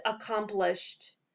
accomplished